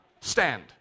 stand